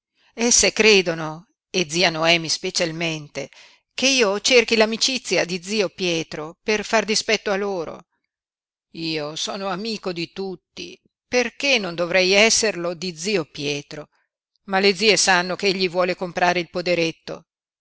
cosí esse credono e zia noemi specialmente che io cerchi l'amicizia di zio pietro per far dispetto a loro io sono amico di tutti perché non dovrei esserlo di zio pietro ma le zie sanno che egli vuole comprare il poderetto